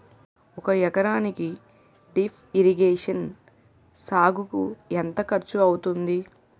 ఒక ఎకరానికి drip irrigation సాగుకు ఎంత ఖర్చు అవుతుంది?